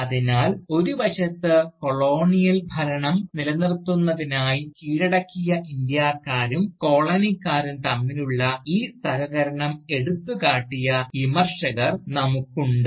അതിനാൽ ഒരു വശത്ത് കൊളോണിയൽ ഭരണം നിലനിർത്തുന്നതിനായി കീഴടക്കിയ ഇന്ത്യക്കാരും കോളനിക്കാരും തമ്മിലുള്ള ഈ സഹകരണം എടുത്തുകാട്ടിയ വിമർശകർ നമുക്കുണ്ട്